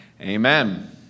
amen